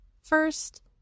First